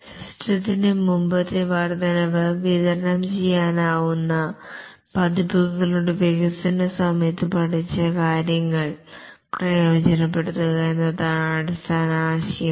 സിസ്റ്റത്തിന്റെ മുമ്പത്തെ വർദ്ധനവ് വിതരണം ചെയ്യാവുന്ന പതിപ്പുകളുടെ വികസന സമയത്ത് പഠിച്ച കാര്യങ്ങൾ പ്രയോജനപ്പെടുത്തുക എന്നതാണ് അടിസ്ഥാന ആശയം